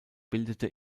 bildete